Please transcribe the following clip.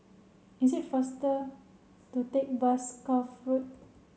is it faster to take bus Cuff Road